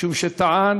משום שטען